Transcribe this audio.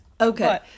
Okay